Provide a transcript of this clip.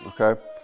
Okay